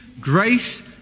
grace